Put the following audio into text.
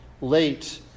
late